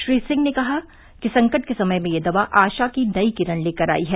श्री सिंह ने कहा कि संकट के समय में यह दवा आशा की नई किरण लेकर आई है